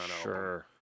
Sure